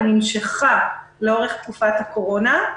היא נמשכה לאורך תקופת הקורונה.